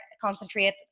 concentrate